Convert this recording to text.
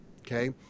okay